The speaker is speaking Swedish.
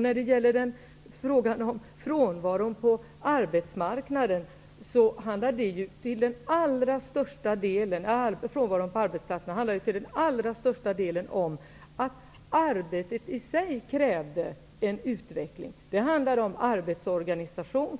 När det gäller frånvaron på arbetsplatserna handlade det ju till den allra största delen om att arbetet i sig krävde en utveckling. Det handlade om arbetsorganisation,